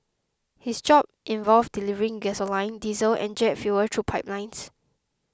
his job involved delivering gasoline diesel and jet fuel through pipelines